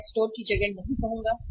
मैं स्टोर की जगह नहीं कहूंगा